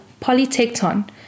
Polytecton